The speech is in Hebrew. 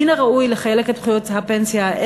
מן הראוי לחלק את זכויות הפנסיה,